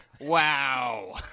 Wow